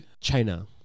China